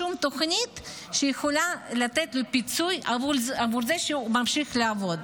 לשום תוכנית שיכולה לתת לו פיצוי עבור זה שהוא ממשיך לעבוד.